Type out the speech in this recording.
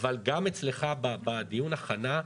אבל גם אצלך בדיון ההכנה,